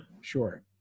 Sure